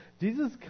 Jesus